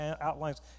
outlines